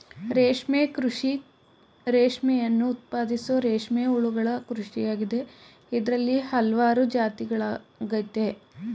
ರೇಷ್ಮೆ ಕೃಷಿ ರೇಷ್ಮೆಯನ್ನು ಉತ್ಪಾದಿಸೋ ರೇಷ್ಮೆ ಹುಳುಗಳ ಕೃಷಿಯಾಗಿದೆ ಇದ್ರಲ್ಲಿ ಹಲ್ವಾರು ಜಾತಿಗಳಯ್ತೆ